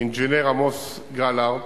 אינג'ינר עמוס גלרט.